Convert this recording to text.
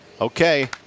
Okay